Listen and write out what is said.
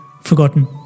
forgotten